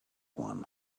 one